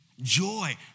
joy